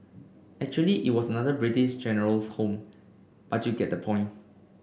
actually it was another British General's home but you get the point